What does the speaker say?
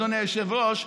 אדוני היושב-ראש,